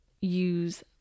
use